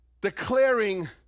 declaring